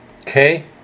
Okay